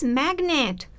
magnet